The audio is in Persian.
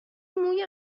موی